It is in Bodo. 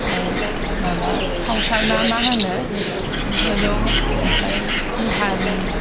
ओमफ्राय माबा सावथाल ना मा होनो बेबो दं ओमफ्राय बिहारि